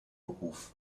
beruf